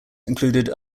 included